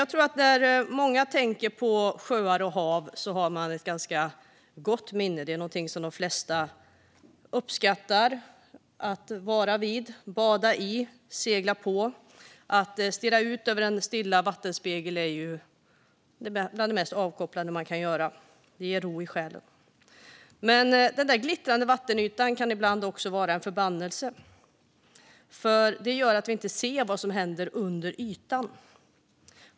Jag tror att när många tänker på sjöar och hav är det något som de har ett ganska gott minne av - det är något som de flesta uppskattar att vara vid, bada i och segla på. Att stirra ut över en stilla vattenspegel är något av det mest avkopplande man kan göra. Det ger ro i själen. Men den där glittrande vattenytan kan också ibland vara en förbannelse. För det gör att vi inte ser vad som händer under ytan.